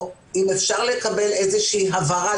אם אפשר לקבל איזו הבהרה.